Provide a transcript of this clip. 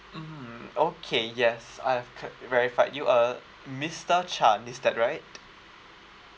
mm okay yes I have ca~ verified you uh mister chan is that right